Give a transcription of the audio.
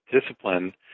discipline